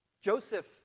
Joseph